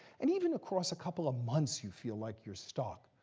and even across a couple of months, you feel like you're stuck.